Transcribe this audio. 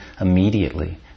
immediately